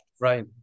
Right